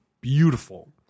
beautiful